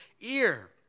ear